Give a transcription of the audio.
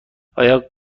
آیا